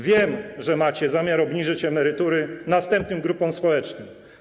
Wiem, że macie zamiar obniżyć emerytury następnym grupom społecznym.